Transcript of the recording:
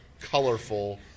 colorful